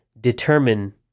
determine